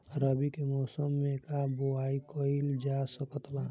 रवि के मौसम में का बोआई कईल जा सकत बा?